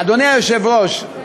אדוני היושב-ראש,